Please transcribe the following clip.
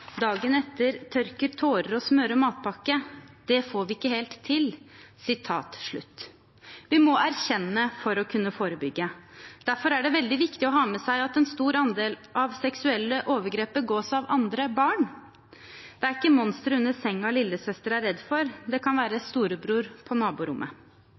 dagen etter tørker tårer og smører matpakke, det får vi ikke helt til.» Vi må erkjenne for å kunne forebygge. Derfor er det veldig viktig å ha med seg at en stor andel av seksuelle overgrep begås av andre barn. Det er ikke monsteret under sengen lillesøster er redd for. Det kan være storebror på naborommet.